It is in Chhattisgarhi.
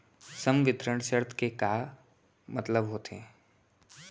संवितरण शर्त के का मतलब होथे?